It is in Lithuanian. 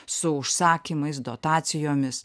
su užsakymais dotacijomis